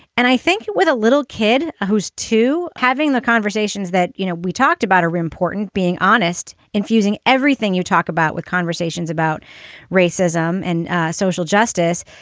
and i think with a little kid who's to having the conversations that, you know, we talked about her important being honest, infusing everything you talk about with conversations about racism and social justice.